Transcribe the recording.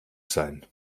sein